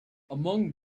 among